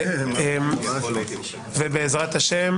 בעז"ה,